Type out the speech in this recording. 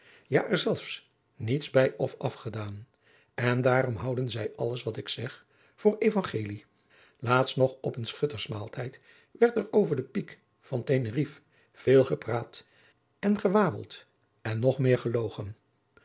ja er zelfs niets bij of afgedaan en daarom houden zij alles wat ik zeg voor evangelie laatst nog op een schuttersmaaltijd werd er over de piek van teneriffe veel gepraat en gewaweld en nog meer gelogen